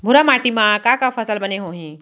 भूरा माटी मा का का फसल बने होही?